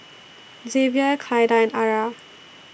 Xavier Clyda and Arah